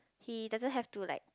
he doesn't have to like